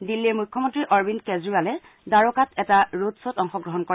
দিল্লীৰ মুখ্যমন্ত্ৰী অৰবিন্দ কেজৰিৱালে দ্বাৰকাত এটা ৰোড খবত অংশগ্ৰহণ কৰে